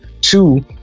two